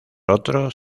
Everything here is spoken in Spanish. otros